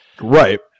Right